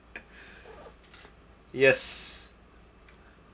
yes